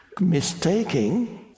mistaking